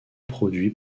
produit